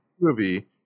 movie